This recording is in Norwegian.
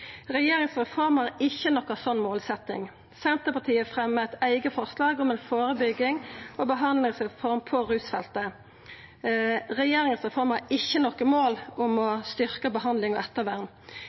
har ikkje noka slik målsetjing. Senterpartiet fremjar eit eige forslag om ei førebyggings- og behandlingsreform på rusfeltet. Regjeringa si reform har ikkje noko mål om å